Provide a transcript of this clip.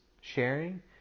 sharing